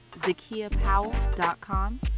zakiapowell.com